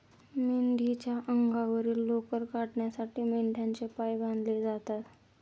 मेंढीच्या अंगावरील लोकर काढण्यासाठी मेंढ्यांचे पाय बांधले जातात